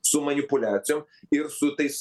su manipuliacijom ir su tais